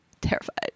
terrified